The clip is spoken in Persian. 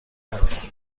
عصر